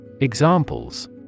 Examples